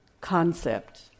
concept